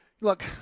Look